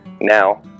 Now